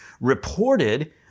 reported